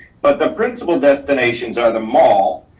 but the principal destinations are the mall,